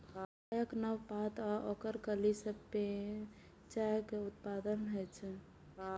चायक नव पात आ ओकर कली सं पेय चाय केर उत्पादन होइ छै